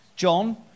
John